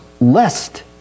lest